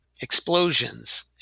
explosions